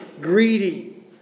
greedy